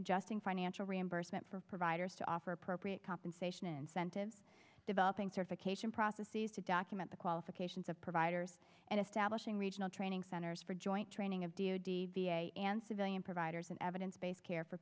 adjusting financial reimbursement for providers to offer appropriate compensation incentives developing certification prophecies to document the qualifications of providers and establishing regional training centers for joint training of d o d v a and civilian providers and evidence based care for